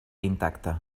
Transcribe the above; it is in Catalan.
intacte